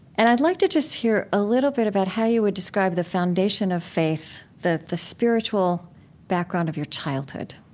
and i'd like to just hear a little bit about how you would describe the foundation of faith, the the spiritual background of your childhood